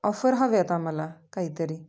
offer हव्या आहेत आम्हाला काहीतरी